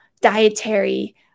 dietary